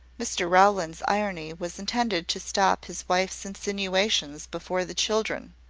mr rowland's irony was intended to stop his wife's insinuations before the children.